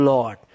Lord